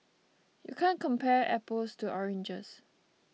you can't compare apples to oranges